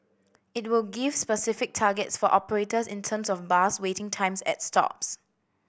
it will give specific targets for operators in terms of bus waiting times at stops